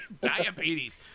Diabetes